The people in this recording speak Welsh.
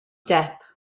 depp